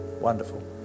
Wonderful